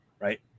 right